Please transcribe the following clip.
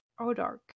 Odark